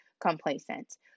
complacent